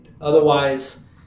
Otherwise